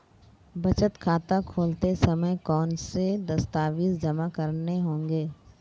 बचत खाता खोलते समय कौनसे दस्तावेज़ जमा करने होंगे?